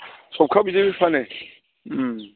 सौखा बिदैबो फानो